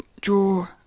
draw